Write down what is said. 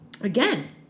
Again